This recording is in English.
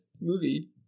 movie